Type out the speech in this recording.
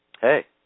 hey